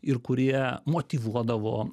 ir kurie motyvuodavo